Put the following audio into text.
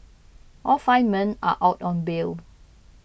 all five men are out on bail